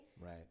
Right